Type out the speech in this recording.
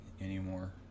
anymore